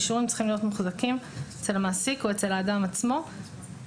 האישורים צריכים להיות מוחזקים אצל המעסיק או אצל האדם עצמו ובגן,